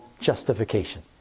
justification